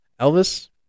Elvis